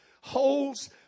holds